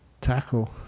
tackle